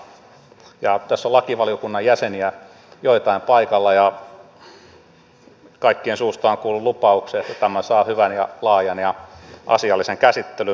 tässä on joitain lakivaliokunnan jäseniä paikalla ja kaikkien suusta olen kuullut lupauksen että tämä saa hyvän ja laajan ja asiallisen käsittelyn